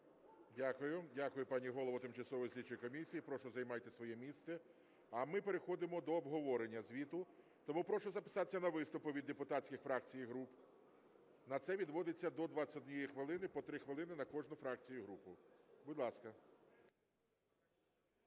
Дякую. Дякую, пані голово тимчасової слідчої комісії. Прошу, займайте своє місце. А ми переходимо до обговорення звіту, тому прошу записатися на виступи від депутатських фракцій і груп, на це відводиться до 21 хвилини, по 3 хвилини на кожну фракцію і групу. Будь ласка.